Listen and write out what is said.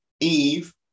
Eve